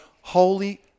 holy